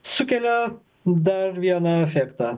sukelia dar vieną efektą